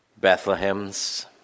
Bethlehems